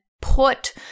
put